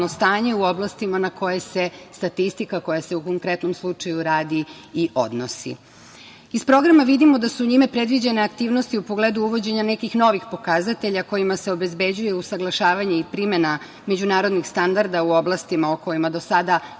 u oblastima na koje se statistika, koja se u konkretnom slučaju radi, i odnosi. Iz Programa vidimo da su njime predviđene aktivnosti u pogledu uvođenja nekih novih pokazatelja kojima se obezbeđuje usaglašavanje i primena međunarodnih standarda u oblastima o kojima do sada